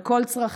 על כל צרכיה.